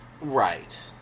Right